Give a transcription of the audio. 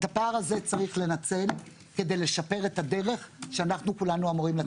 את הפער הזה צריך לנצל כדי לשפר את הדרך שאנחנו כולנו אמורים ללכת לפיה.